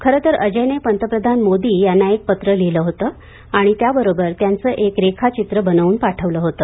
खरे तर अजयने पंतप्रधान मोदी यांना एक पत्र लिहिले होते आणि त्याबरोबर त्यांचे एक रेखाचित्र बनवून पाठवले होते